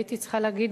הייתי צריכה להגיד,